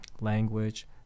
language